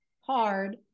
hard